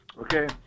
Okay